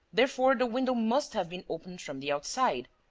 therefore the window must have been opened from the outside.